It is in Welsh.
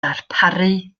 darparu